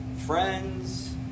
Friends